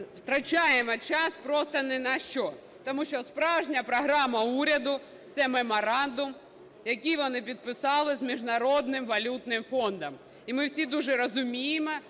втрачаємо час просто нінащо, тому що справжня програма уряду – це меморандум, який вони підписали з Міжнародним валютним фондом. І ми всі дуже розуміємо,